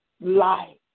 life